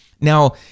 Now